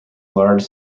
large